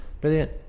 Brilliant